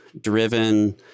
driven